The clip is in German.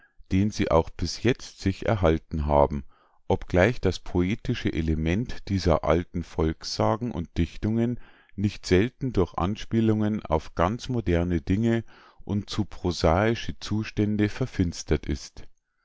den sie auch bis jetzt sich erhalten haben obgleich das poetische element dieser alten volks sagen und dichtungen nicht selten durch anspielungen auf ganz moderne dinge und zu prosaische zustände verfinstert ist